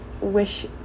wish